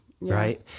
right